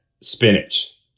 spinach